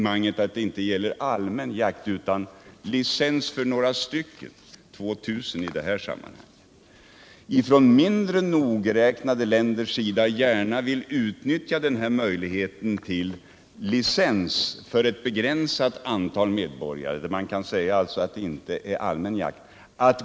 Mindre nogräknade länder vill nämligen gärna utnyttja undantagsbestämmelserna om licens för ett begränsat antal medborgare till än mer omfattande jakt.